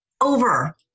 over